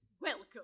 Welcome